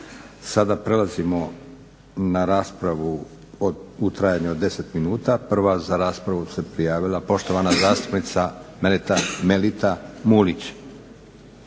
Sada prelazimo na raspravu u trajanju od 10 minuta. Prva za raspravu se prijavila poštovana zastupnica Melita Mulić.